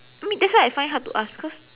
I mean that's why I find it hard to ask cause